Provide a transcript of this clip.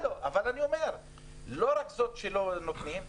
לא רק שלא נותנים,